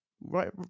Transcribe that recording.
right